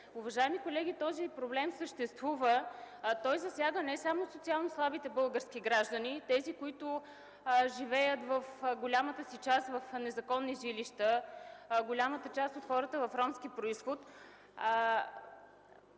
Уважаеми колеги, този проблем съществува. Той засяга не само социално слабите български граждани, а и тези, които живеят в незаконни жилища, голямата част от хората от ромски произход,